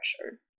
pressure